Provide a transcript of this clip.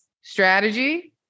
Strategy